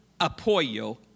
apoyo